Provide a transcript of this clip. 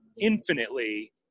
infinitely